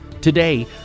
Today